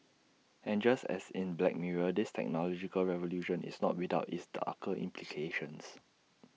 and just as in black mirror this technological revolution is not without its darker implications